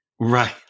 Right